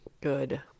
Good